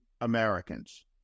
Americans